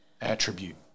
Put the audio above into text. attribute